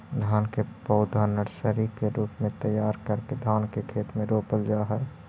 धान के पौधा नर्सरी के रूप में तैयार करके धान के खेत में रोपल जा हइ